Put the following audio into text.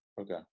Okay